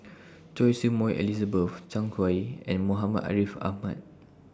Choy Su Moi Elizabeth Zhang Hui and Muhammad Ariff Ahmad